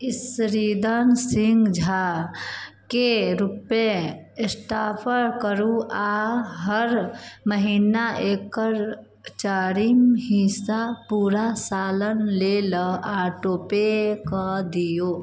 ईश्वरीदन सिंह झाकेँ रूपए ट्रांस्फर करू आ हर महिना एकर चारिम हिस्सा पूरा सालक लेल ऑटो पे कऽ दिऔ